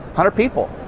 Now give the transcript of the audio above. hundred people.